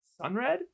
Sunred